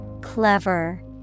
Clever